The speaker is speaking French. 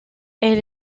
elle